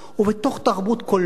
ובתוך התרבות, קולנוע.